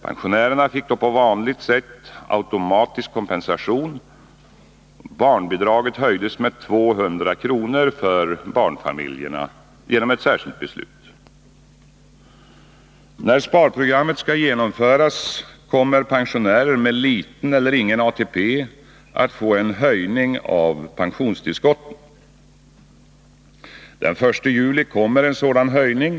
Pensionärerna fick då på vanligt sätt automatisk kompensation, och barnbidraget höjdes med 200 kr. för barnfamiljerna genom ett särskilt beslut. När sparprogrammet skall genomföras kommer pensionärer med liten eller ingen ATP att få en höjning av pensionstillskotten. Den 1 juli kommer en sådan höjning.